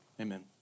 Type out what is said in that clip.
amen